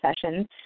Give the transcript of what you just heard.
sessions